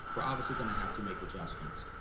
we're obviously gonna have to make adjustments.